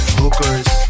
hookers